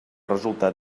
resultat